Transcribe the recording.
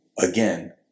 again